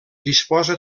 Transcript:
disposa